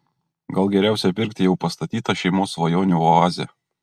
gal geriausia pirkti jau pastatytą šeimos svajonių oazę